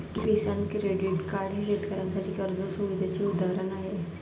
किसान credit card हे शेतकऱ्यांसाठी कर्ज सुविधेचे उदाहरण आहे